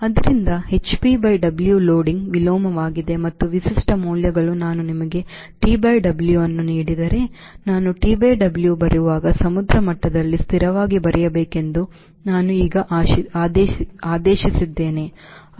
ಆದ್ದರಿಂದ hpW loading ವಿಲೋಮವಾಗಿದೆ ಮತ್ತು ವಿಶಿಷ್ಟ ಮೌಲ್ಯಗಳು ನಾನು ನಿಮಗೆ TWಅನ್ನು ನೀಡಿದರೆ ನಾನು TWಬರೆಯುವಾಗ ಸಮುದ್ರ ಮಟ್ಟದಲ್ಲಿ ಸ್ಥಿರವಾಗಿ ಬರೆಯಬೇಕೆಂದು ನಾನು ಈಗ ಆದೇಶಿಸಿದ್ದೇನೆ